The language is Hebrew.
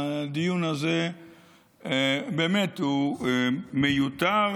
שהדיון הזה באמת הוא מיותר,